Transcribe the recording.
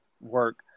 work